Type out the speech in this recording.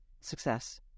success